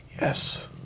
Yes